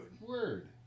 Word